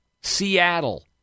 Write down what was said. Seattle